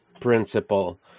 principle